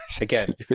again